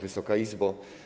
Wysoka Izbo!